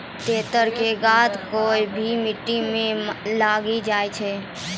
तेतर के गाछ कोय भी मिट्टी मॅ लागी जाय छै